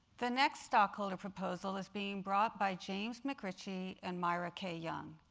the next stockholder proposal is being brought by james mcritchie and myra k. young.